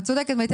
את צודקת מיטל.